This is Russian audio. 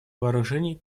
вооружений